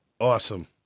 Awesome